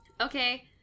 Okay